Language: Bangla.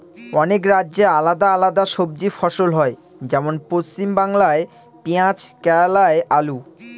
অনেক রাজ্যে আলাদা আলাদা সবজি ফসল হয়, যেমন পশ্চিমবাংলায় পেঁয়াজ কেরালায় আলু